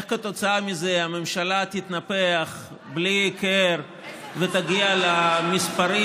הממשלה תתנפח בלי הכר ותגיע למספרים,